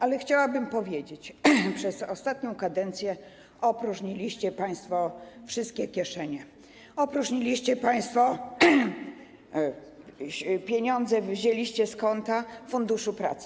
Ale chciałabym powiedzieć, że przez ostatnią kadencję opróżniliście państwo wszystkie kieszenie, opróżniliście państwo, pieniądze wzięliście z konta Funduszu Pracy.